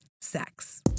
sex